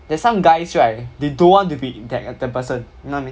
there's some guys right they don't want to be that that person you know what I mean